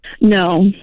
No